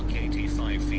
eighty five feet